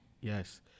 yes